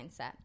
mindset